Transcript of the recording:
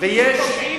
אין יהודים פושעים?